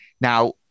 Now